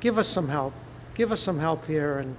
give us some help give us some help here and